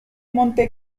monte